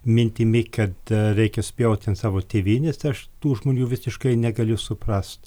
mintimi kad reikia spjaut ant savo tėvynės tai aš tų žmonių visiškai negaliu suprast